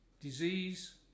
disease